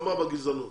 במלחמה בגזענות